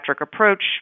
approach